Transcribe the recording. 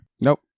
Nope